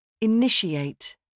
Initiate